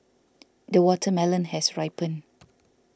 the watermelon has ripened